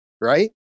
right